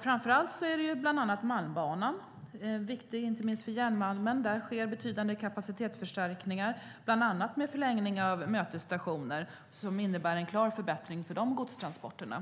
Framför allt gäller det Malmbanan. Den är viktig inte minst för järnmalmen. Där sker betydande kapacitetsförstärkningar med bland annat förlängning av mötesstationer som innebär en klar förbättring för de godstransporterna.